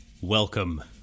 Welcome